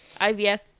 IVF